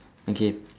okay